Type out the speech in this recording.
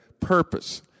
purpose